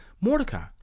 Mordecai